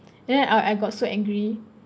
then I I got so angry